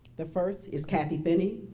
the first is kathy finney.